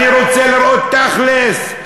אני רוצה לראות תכל'ס,